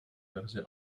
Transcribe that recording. verzi